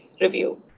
review